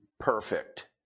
perfect